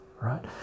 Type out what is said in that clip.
right